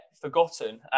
forgotten